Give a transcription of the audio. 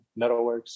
Metalworks